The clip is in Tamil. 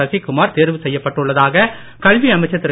சசிக்குமார் தேர்வு செய்யப்பட்டுள்ளதாக கல்வி அமைச்சர் திரு